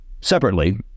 Separately